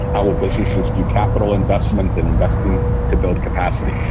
our businesses, new capital investment and investing to build capacity?